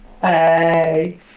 Hey